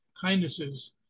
kindnesses